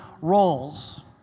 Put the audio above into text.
roles